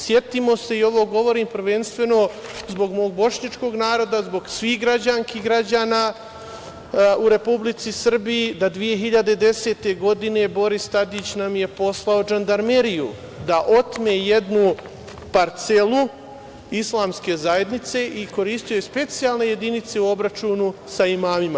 Setimo se, i ovo govorim prvenstveno zbog mog bošnjačkog naroda, zbog svih građanki i građana u Republici Srbiji, da 2010. godine je Boris Radić poslao Žandarmeriju da otme jednu parcelu islamske zajednice i koristio je specijalne jedinice u obračunu sa imamima.